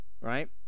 right